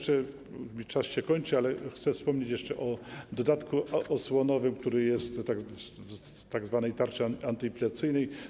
Czas się kończy, ale chcę wspomnieć jeszcze o dodatku osłonowym, który jest zawarty w tzw. tarczy antyinflacyjnej.